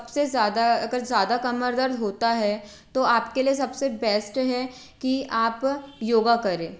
सब से ज़्यादा अगर ज़्यादा कमर दर्द होता है तो आपके लिए सब से बेस्ट है कि आप योग करें